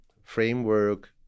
framework